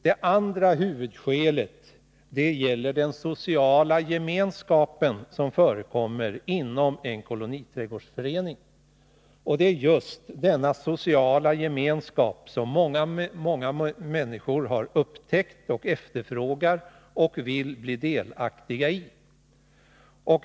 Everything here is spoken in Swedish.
Det andra huvudskälet är den sociala gemenskap som förekommer inom en koloniträdgårdsförening. Det är just denna sociala gemenskap som många människor har upptäckt, efterfrågar och vill bli delaktiga i.